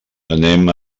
anem